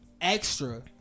extra